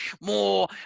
more